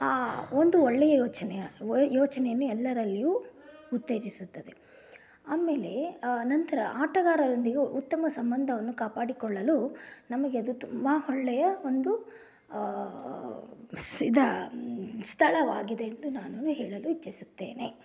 ಒಂದು ಒಳ್ಳೆಯ ಯೋಚನೆ ಯೋಚನೆಯನ್ನು ಎಲ್ಲರಲ್ಲಿಯೂ ಉತ್ತೇಜಿಸುತ್ತದೆ ಆಮೇಲೆ ನಂತರ ಆಟಗಾರರೊಂದಿಗೆ ಉತ್ತಮ ಸಂಬಂಧವನ್ನು ಕಾಪಾಡಿಕೊಳ್ಳಲು ನಮಗೆ ಅದು ತುಂಬಾ ಒಳ್ಳೆಯ ಒಂದು ಸಿದಾ ಸ್ಥಳವಾಗಿದೆ ಎಂದು ನಾನು ಹೇಳಲು ಇಚ್ಛಿಸುತ್ತೇನೆ